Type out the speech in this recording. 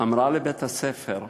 אמרה לבית-הספר,